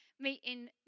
meeting